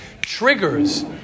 Triggers